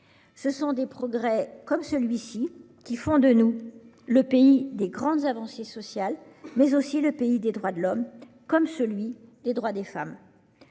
Ce sont des progrès comme celui-ci qui font de nous le pays des grandes avancées sociales, mais aussi le pays des droits de l'homme, comme celui des droits des femmes.